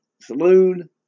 saloon